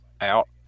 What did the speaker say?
out